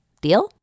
deal